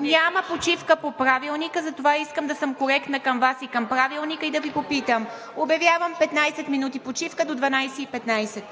Няма почивка по Правилника, затова искам да съм коректна към Вас и към Правилника и да Ви попитам. Обявявам 15 минути почивка – до 12,15